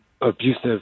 abusive